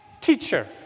teacher